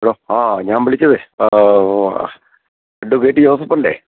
hello ആ ഞാൻ വിളിച്ചതേ അഡ്വക്കേറ്റ് ജോസെഫല്ലേ